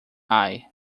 eye